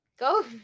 Go